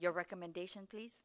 your recommendation please